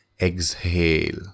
exhale